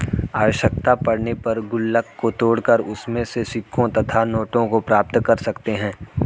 आवश्यकता पड़ने पर गुल्लक को तोड़कर उसमें से सिक्कों तथा नोटों को प्राप्त कर सकते हैं